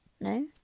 no